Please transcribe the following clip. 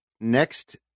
next